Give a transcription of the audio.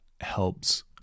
helps